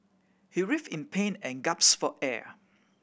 he writhed in pain and gasped for air